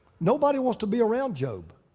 nobody wants to be around job.